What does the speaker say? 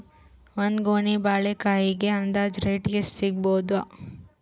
ಒಂದ್ ಗೊನಿ ಬಾಳೆಕಾಯಿಗ ಅಂದಾಜ ರೇಟ್ ಎಷ್ಟು ಸಿಗಬೋದ?